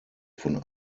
von